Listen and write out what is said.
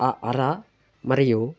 ఆ అర మరియు